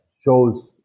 shows